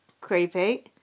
creepy